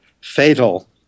fatal